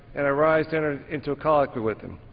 and i rise to enter into a colloquy with him.